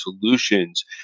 Solutions